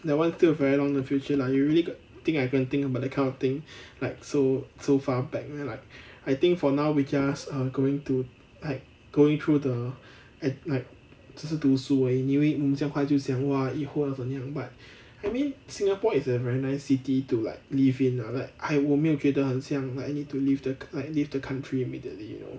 that [one] still very long in the future lah you really think I can think about that kind of thing like so so far back it's like I think for now we just um going to like going through the at like 就是读书而已你以为这样快就像 !wah! 以后怎样 but I mean singapore is a very nice city to like live in lah like 我没有觉得很像 like I need to leave the leave the country immediately you know